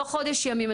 תוך חודש ימים,